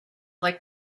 like